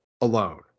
alone